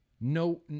No